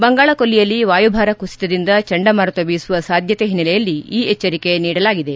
ಬಂಗಾಳ ಕೊಲ್ಲಿಯಲ್ಲಿ ವಾಯುಭಾರ ಕುಸಿತದಿಂದ ಚಂಡಮಾರುತ ಬೀಸುವ ಸಾಧ್ಯತೆ ಹಿನ್ನೆಲೆಯಲ್ಲಿ ಈ ಎಚ್ಚರಿಕೆ ನೀಡಿದೆ